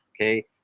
okay